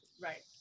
right